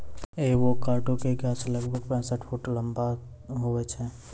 avocado के गाछ लगभग पैंसठ फुट तक लंबा हुवै छै